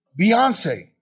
Beyonce